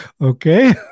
okay